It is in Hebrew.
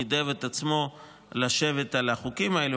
נידב את עצמו לשבת על החוקים האלה,